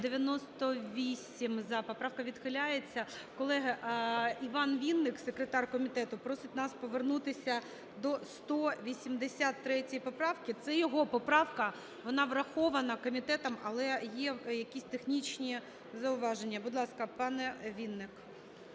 За-98 Поправка відхиляється. Колеги, Іван Вінник, секретар комітету, просить нас повернутися до 183 поправки. Це його поправка, вона врахована комітетом, але є якісь технічні зауваження. Будь ласка, пане Вінник.